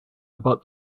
about